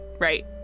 Right